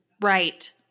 Right